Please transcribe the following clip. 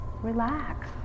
relax